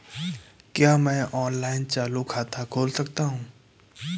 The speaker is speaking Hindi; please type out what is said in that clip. क्या मैं ऑनलाइन चालू खाता खोल सकता हूँ?